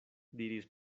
diris